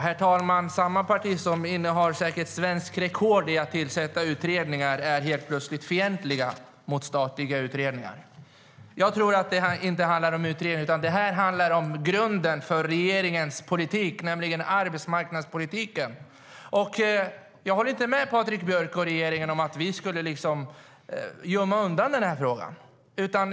Herr talman! Samma parti som säkert innehar svenskt rekord i att tillsätta utredningar är plötsligt fientligt till statliga utredningar. Jag tror inte att det handlar om utredningen utan om grunden för regeringens politik, nämligen arbetsmarknadspolitiken. Jag håller inte med Patrik Björck och regeringen om att vi skulle gömma undan den här frågan.